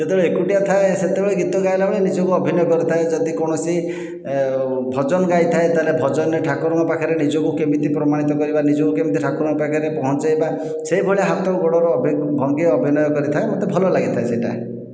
ଯେତବେଳେ ଏକୁଟିଆ ଥାଏ ସେତବେଳେ ଗାଇଲାବେଳେ ନିଜକୁ ଅଭିନୟ କରିଥାଏ ଯଦି କୌଣସି ଭଜନ ଗାଇଥାଏ ତାହେଲେ ଭଜନରେ ଠାକୁରଙ୍କ ପାଖରେ ନିଜକୁ କେମିତି ପ୍ରମାଣିତ କରିବା ନିଜକୁ କେମିତି ଠାକୁରଙ୍କ ପାଖରେ ପହଁଞ୍ଚାଇବା ସେଇଭଳିଆ ହାତ ଓ ଗୋଡ଼ର ଭଙ୍ଗି ଅଭିନୟ କରିଥାଏ ମୋତେ ଭଲ ଲାଗିଥାଏ ସେଇଟା